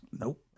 Nope